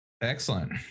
Excellent